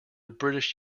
british